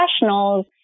professionals